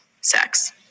Sex